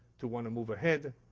to want to move ahead.